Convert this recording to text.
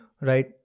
right